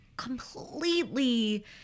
Completely